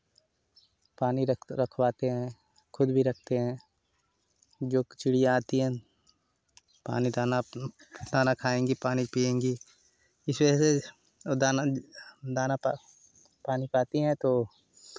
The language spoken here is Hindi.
पानी रख रखवाते हैं खुद भी रखते हैं जो चिड़िया आती हैं पानी दाना दाना खाएँगे पानी पिएँगे इस वजह से दाना दाना पा पानी पाती हैं तो